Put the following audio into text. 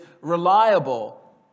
reliable